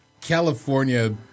California